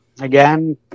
Again